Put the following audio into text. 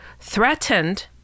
threatened